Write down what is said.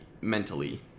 mentally